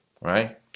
right